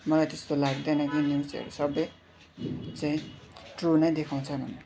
मलाई त्यस्तो लाग्दैन कि न्युज चाहिँ सबै चाहिँ ट्रु नै देखाउँछ भनेर